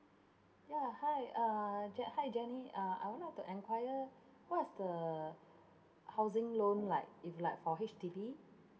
ya hi uh jen~ hi jenny uh I would like to enquire what's the housing loan like if like for H_D_B